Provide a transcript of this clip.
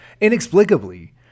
Inexplicably